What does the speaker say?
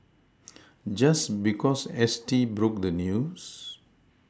just because S T broke the news